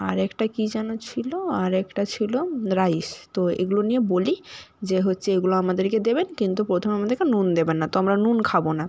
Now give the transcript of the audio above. আরেকটা কি যেন ছিল আরেকটা ছিল রাইস তো এগুলো নিয়ে বলি যে হচ্ছে এগুলো আমাদেরকে দেবেন কিন্তু প্রথমে আমাদেরকে নুন দেবেন না তো আমরা নুন খাবো না